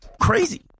crazy